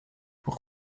pour